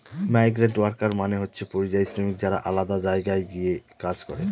migrant worker মানে হচ্ছে পরিযায়ী শ্রমিক যারা আলাদা জায়গায় গিয়ে কাজ করে